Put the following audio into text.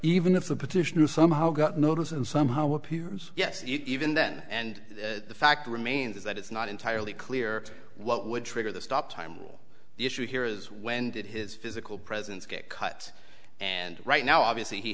even if the petitioner somehow got notice and somehow appears yes even then and the fact remains that it's not entirely clear what would trigger the stop time rule the issue here is when did his physical presence get cut and right now obviously he